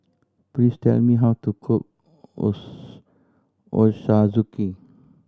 please tell me how to cook Ochazuke